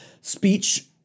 speech